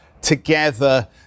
together